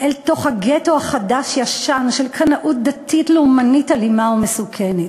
"אל תוך הגטו החדש-ישן של קנאות דתית לאומנית אלימה ומסוכנת,